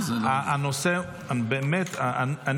סליחה, סליחה, זה הופך להיות דיון של דו-שיח.